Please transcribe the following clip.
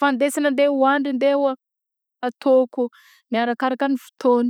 fandesina andeha hoandry andeha ho ataoko arakaraka ny fotoagna.